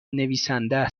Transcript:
نویسنده